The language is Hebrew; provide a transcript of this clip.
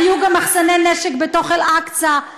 היו גם מחסני נשק בתוך אל-אקצא,